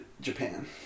Japan